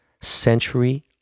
Century